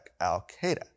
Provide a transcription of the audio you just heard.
Al-Qaeda